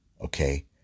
Okay